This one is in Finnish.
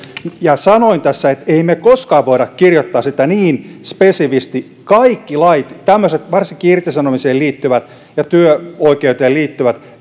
ja sanoin tässä että emme me koskaan voi kirjoittaa sitä niin spesifisti kaikki lait varsinkin tämmöiset irtisanomiseen liittyvät ja työoikeuteen liittyvät